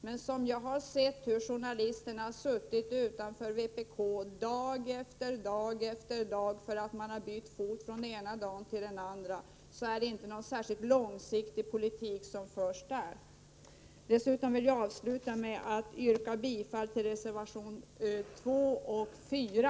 Men jag har sett journalister vänta utanför vpk:s kansli dag efter dag på grund av att vpk har bytt fot från den ena dagen till den andra. Vpk tycks inte föra en särskilt långsiktig politik i denna fråga. Herr talman! Låt mig avsluta med att yrka bifall till reservationerna 2 och 4.